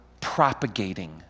propagating